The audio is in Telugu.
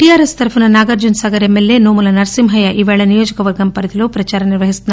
టీఆరెఎస్ తరపున నాగార్జున సాగర్ ఎమ్మెల్యే నోముల నరసింహయ్య ఈ రోజు నియోజకవర్గ పరిధి లో ప్రచారం నిర్వహిస్తున్నారు